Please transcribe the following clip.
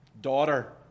Daughter